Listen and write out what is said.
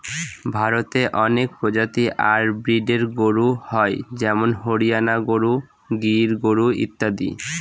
ভারতে অনেক প্রজাতি আর ব্রিডের গরু হয় যেমন হরিয়ানা গরু, গির গরু ইত্যাদি